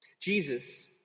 Jesus